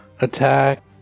attack